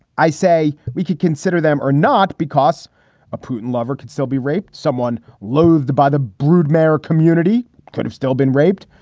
i say we could consider them or not because it's a putin lover could still be raped. someone loathed by the broodmare community could have still been raped.